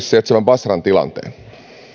sijaitsevan basran tilanteen